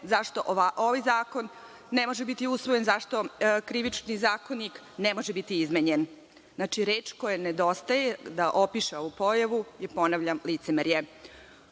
zašto ovaj zakon ne može biti usvojen, zašto Krivični zakonik ne može biti izmenjen. Znači, reč koja nedostaje da opiše ovu pojavu je, ponavljam, licemerje. Predloženi